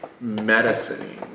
medicine